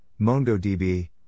MongoDB